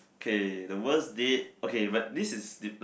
okay the worst date okay but this is d~ like